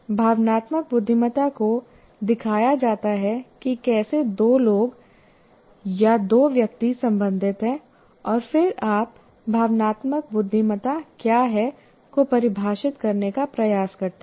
भावनात्मक बुद्धिमत्ता को दिखाया जाता है कि कैसे दो लोग या दो व्यक्ति संबंधित हैं और फिर आप भावनात्मक बुद्धिमत्ता क्या है को परिभाषित करने का प्रयास करते हैं